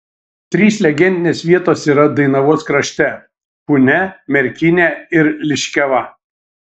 trys legendinės vietos yra dainavos krašte punia merkinė ir liškiava